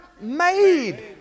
made